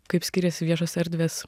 kaip skiriasi viešos erdvės